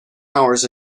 hours